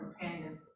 Companion